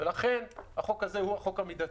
ולכן החוק הזה הוא חוק המידתי,